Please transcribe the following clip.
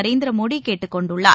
நரேந்திரமோடிகேட்டுக் கொண்டுள்ளார்